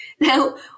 Now